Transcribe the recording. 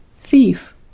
Thief